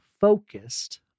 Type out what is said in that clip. focused